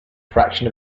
fraction